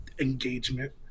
engagement